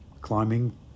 climbing